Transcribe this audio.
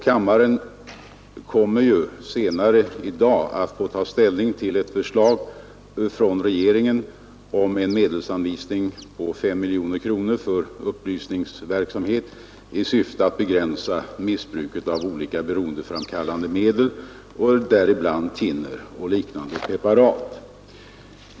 Kammaren kommer ju senare i dag att få ta ställning till ett förslag från regeringen om en medelsanvisning på 5 miljoner kronor för upplysningsverksamhet i syfte att begränsa missbruket av olika beroendeframkallande medel, däribland thinner och liknande preparat.